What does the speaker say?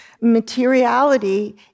materiality